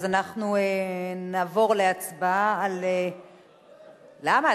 אז אנחנו נעבור להצבעה על, למה?